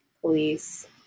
police